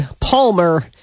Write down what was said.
Palmer